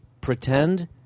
Pretend